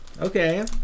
Okay